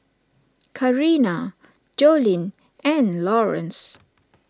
Carina Jolene and Lawrence